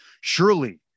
Surely